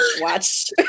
watch